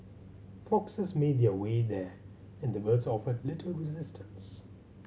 foxes made their way there and the birds offered little resistance